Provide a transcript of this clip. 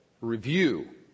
review